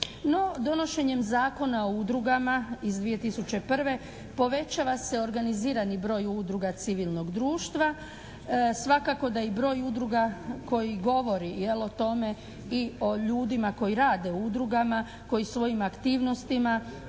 No donošenjem Zakona o udrugama iz 2001. povećava se organizirani broj udruga civilnog društva. Svakako da i broj udruga koji govori jel o tome i o ljudima koji rade u udrugama koji svojim aktivnosti